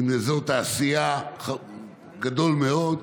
עם אזור תעשייה גדול מאוד,